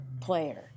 player